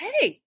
hey